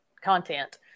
content